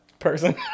person